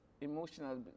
Emotional